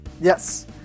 Yes